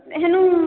ହେଲେ